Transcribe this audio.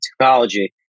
technology